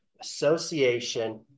association